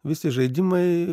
visi žaidimai